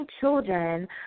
children